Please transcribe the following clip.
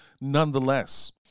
nonetheless